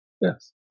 Yes